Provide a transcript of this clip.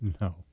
No